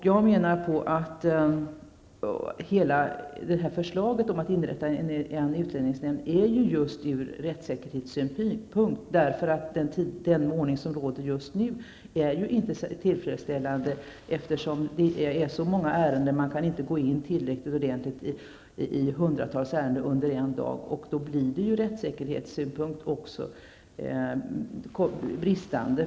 Jag menar att hela förslaget om att inrätta en utlänningsnämnd har tillkommit av rättsäkerhetsskäl, eftersom den ordning som råder just nu inte är tillfredsställande. Antalet ärenden är så stort att man inte kan sätta sig in tillräckligt i hundratals ärenden under en dag. Detta är ur rättssäkerhetssynpunkt en brist för den sökande.